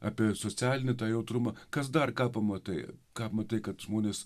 apie socialinį jautrumą kas dar ką pamatai ką matai kad smūgis